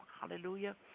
hallelujah